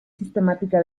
sistemática